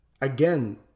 again